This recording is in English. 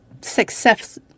success